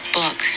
book